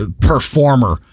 performer